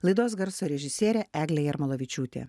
laidos garso režisierė eglė jarmolavičiūtė